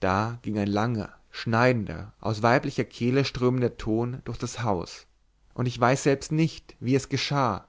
da ging ein langer schneidender aus weiblicher kehle strömender ton durch das haus und ich weiß selbst nicht wie es geschah